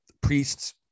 priests